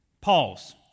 Pause